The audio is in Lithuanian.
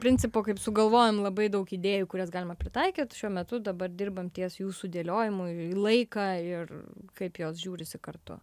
principo kaip sugalvojom labai daug idėjų kurias galima pritaikyt šiuo metu dabar dirbam ties jų sudėliojimu į laiką ir kaip jos žiūrisi kartu